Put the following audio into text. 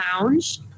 Lounge